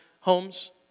homes